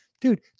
dude